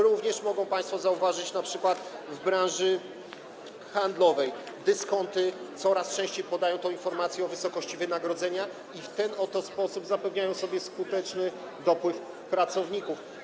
Również mogą państwo zauważyć, że np. w branży handlowej dyskonty coraz częściej podają informację o wysokości wynagrodzenia i w ten oto sposób zapewniają sobie skuteczny dopływ pracowników.